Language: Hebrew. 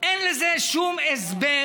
אין לזה שום הסבר